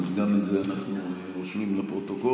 אז גם את זה אנחנו רושמים בפרוטוקול,